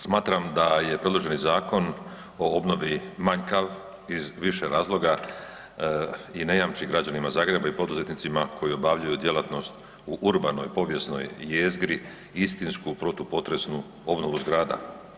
Smatram da je predloženi zakon o obnovi manjkav iz više razloga i ne jamči građanima Zagreba i poduzetnicima koji obavljaju djelatnost u urbanoj povijesnoj jezgri istinsku protupotresnu obnovu zgrada.